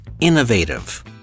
innovative